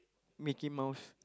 Mickey-Mouse